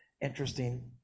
interesting